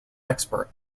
expert